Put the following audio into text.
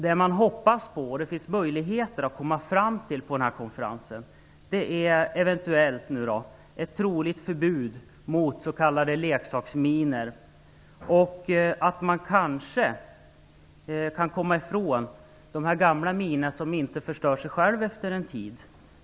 Det man hoppas komma fram till på konferensen är ett förbud mot s.k. leksaksminor. Man kan kanske komma ifrån de gamla minor som inte förstör sig själv efter en tid.